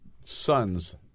sons